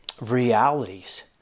realities